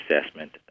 assessment